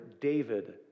David